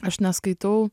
aš neskaitau